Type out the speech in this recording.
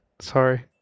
Sorry